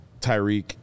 Tyreek